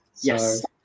yes